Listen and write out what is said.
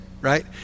right